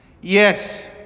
Yes